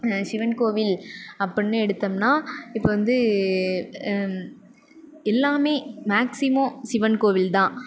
சிவன் கோவில் அப்படினு எடுத்தோம்னால் இப்போ வந்து எல்லாமே மேக்ஸிமம் சிவன் கோவில் தான்